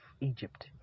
Egypt